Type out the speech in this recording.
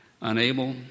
Unable